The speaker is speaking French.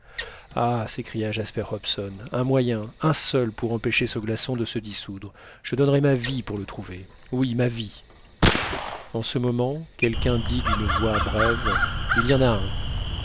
ah s'écria jasper hobson un moyen un seul pour empêcher ce glaçon de se dissoudre je donnerais ma vie pour le trouver oui ma vie en ce moment quelqu'un dit d'une voix brève il y en a un